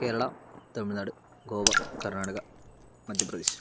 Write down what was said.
Kerala Tamil Nadu Goa Karnataka Madhya Pradesh